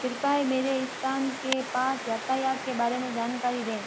कृपया मेरे स्थान के पास यातायात के बारे में जानकारी दें